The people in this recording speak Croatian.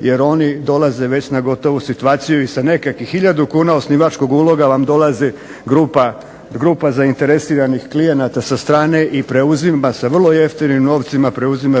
jer oni dolaze već na gotovu situaciju i sa nekakvih hiljadu kuna osnivačkog uloga vam dolazi grupa zainteresiranih klijenata sa strane i preuzima sa vrlo jeftinim novcima preuzima